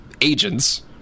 agents